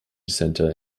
centre